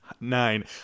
Nine